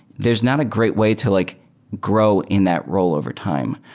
there's not a great way to like grow in that role over time,